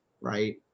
Right